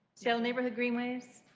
salem neighborhood greenways.